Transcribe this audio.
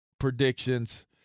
Predictions